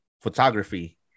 photography